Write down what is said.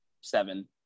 seven